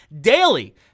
daily